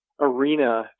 arena